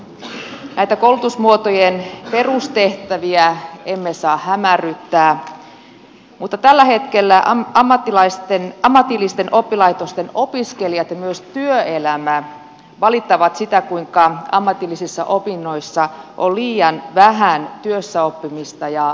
näitä koulutusmuotojen perustehtäviä emme saa hämärryttää mutta tällä hetkellä ammatillisten oppilaitosten opiskelijat ja myös työelämä valittavat sitä kuinka ammatillisissa opinnoissa on liian vähän työssäoppimista ja harjoittelua